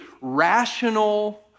rational